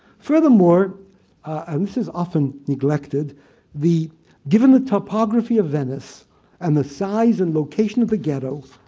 furthermore and this is often neglected the given the topography of venice and the size and location of the ghetto,